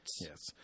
yes